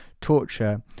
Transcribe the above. torture